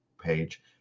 page